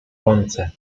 łące